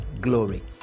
glory